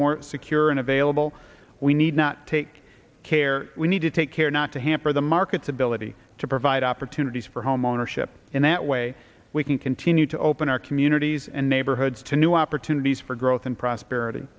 more secure and available we need not take care we need to take care not to hamper the market's ability to provide opportunities for homeownership in that way we can continue to open our communities and neighborhoods to new opportunities for growth and prosperity